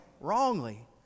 wrongly